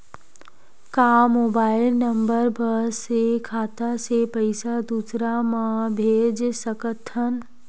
का mobile number बस से खाता से पईसा दूसरा मा भेज सकथन?